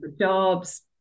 jobs